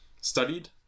studied